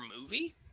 movie